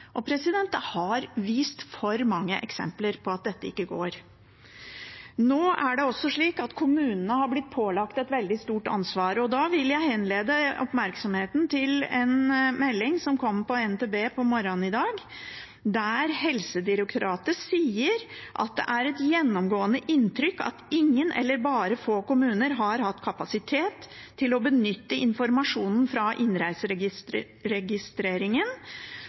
og skulle håndtere dette sjøl. Det har vært for mange eksempler på at dette ikke går. Nå er det også slik at kommunene er blitt pålagt et veldig stort ansvar, og da vil jeg henlede oppmerksomheten mot en melding som kom på NTB på morgenen i dag, der Helsedirektoratet sier at det er et gjennomgående inntrykk at ingen eller bare få kommuner har hatt kapasitet til å benytte informasjonen fra